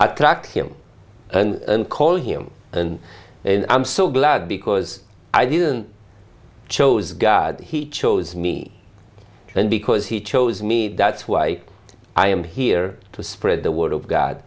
i track him and call him and and i'm so glad because i didn't chose god he chose me and because he chose me that's why i am here to spread the word of god